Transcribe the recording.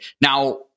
Now